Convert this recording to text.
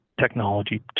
technology